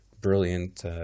brilliant